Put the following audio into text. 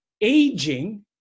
aging